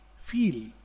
feel